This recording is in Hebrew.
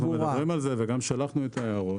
אנחנו מדברים על זה וגם שלחנו את ההערות.